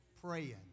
praying